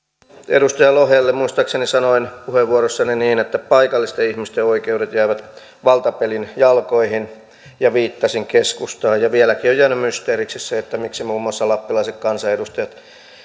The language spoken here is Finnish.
edustaja lohelle muistaakseni sanoin puheenvuorossani niin että paikallisten ihmisten oikeudet jäävät valtapelin jalkoihin ja viittasin keskustaan vieläkin on jäänyt mysteeriksi se miksi muun muassa lappilaiset kansanedustajat